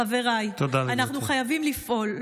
חבריי, אנחנו חייבים לפעול.